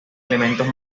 elementos